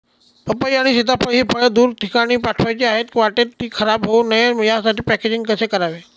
पपई आणि सीताफळ हि फळे दूर ठिकाणी पाठवायची आहेत, वाटेत ति खराब होऊ नये यासाठी पॅकेजिंग कसे करावे?